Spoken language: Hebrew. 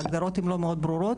ההגדרות הן לא מאוד ברורות.